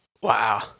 Wow